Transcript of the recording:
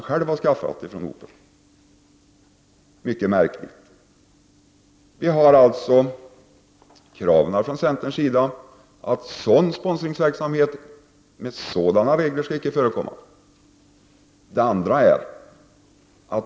Detta är ett mycket märkligt förhållande. Från centern kräver vi att sponsringsverksamhet med sådana regler icke skall få förekomma.